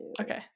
okay